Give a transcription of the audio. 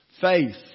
faith